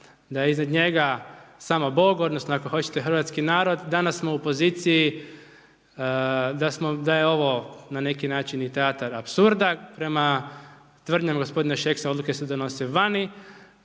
da je iznad njega samo Bog, odnosno ako hoćete hrvatski narod, danas smo u poziciji da je ovo na neki način teatar apsurda. Prema tvrdnjama g. Šeksa, odluke se donose vani,